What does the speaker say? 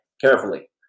carefully